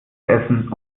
essen